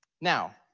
Now